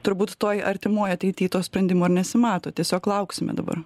turbūt toj artimoj ateity to sprendimo ir nesimato tiesiog lauksime dabar